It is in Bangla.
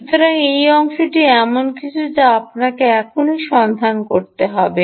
সুতরাং সেই অংশটি এমন কিছু যা আপনাকে এখনই সন্ধান করতে হবে